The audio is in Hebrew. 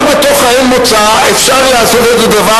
רק בתוך האין-מוצא אפשר לעשות את הדבר